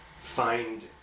find